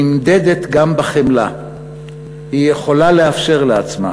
נמדדות גם בחמלה שהיא יכולה לאפשר לעצמה,